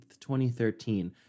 2013